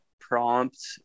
prompt